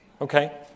Okay